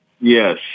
Yes